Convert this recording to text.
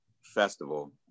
festival